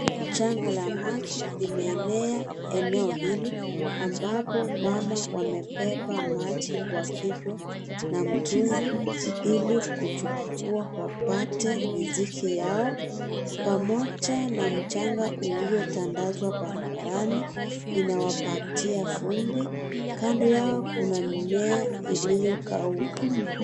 Janga la maji limeenea eneo hili ambapo mama wamebeba maji kwa kichwa na mtungi ili kuchukua wapate riziki yao pamoja na mchanga uliotandazwa barabarani inawapatia vumbi , kando yao kuna mimea iliyokauka.